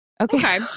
Okay